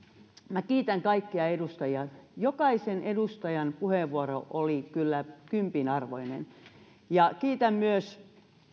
minä kiitän kaikkia edustajia jokaisen edustajan puheenvuoro oli kyllä kympin arvoinen ja kiitän myös